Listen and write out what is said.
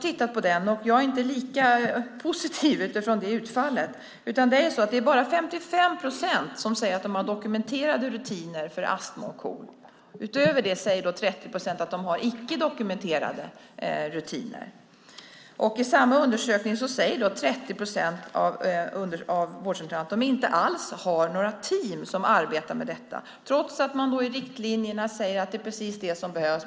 Jag är inte lika positiv utifrån det utfallet. Det är bara 55 procent som säger sig ha dokumenterade rutiner för astma och KOL. Därutöver säger 30 procent att de har icke dokumenterade rutiner. I samma undersökning säger 30 procent av vårdcentralerna att de inte alls har några team som arbetar med detta trots att det i riktlinjerna sägs att det är precis det som behövs.